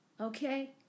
Okay